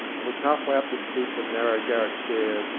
and was half-way up the steep and narrow garret-stairs,